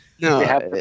No